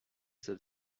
that